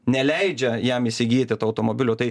neleidžia jam įsigyti to automobilio tai